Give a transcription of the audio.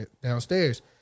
downstairs